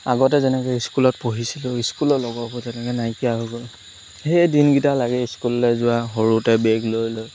আগতে যেনেকৈ স্কুলত পঢ়িছিলোঁ স্কুলৰ লগৰবোৰ যেনেকৈ নাইকিয়া হৈ গ'ল সেই দিনকেইটা লাগে স্কুললৈ যোৱা সৰুতে বেগ লৈ লৈ